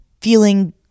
feeling